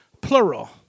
plural